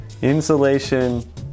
Insulation